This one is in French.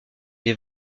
des